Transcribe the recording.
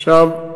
עכשיו,